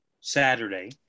Saturday